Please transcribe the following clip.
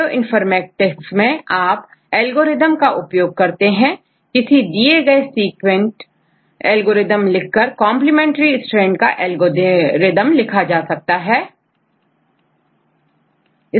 bioinformatics में आप algorithm का उपयोग करते हैं किसी दिए हुए सीक्वेंट एल्गोरिदम लिखकर कंप्लीमेंट्री स्टैंड का एल्गोरिदम लिखा जाता है